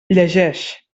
llegeix